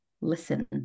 listen